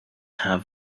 have